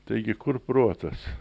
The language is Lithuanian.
taigi kur protas